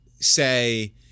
say